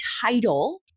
title